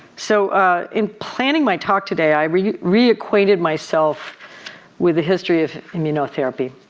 so in planning my talk today i reacquainted myself with a history of immunotherapy.